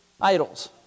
idols